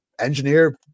engineer